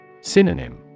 Synonym